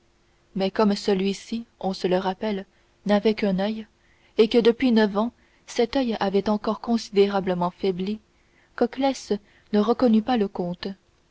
mais comme celui-ci on se le rappelle n'avait qu'un oeil et que depuis neuf ans cet oeil avait encore considérablement faibli coclès ne reconnut pas le comte